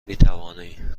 میتوانی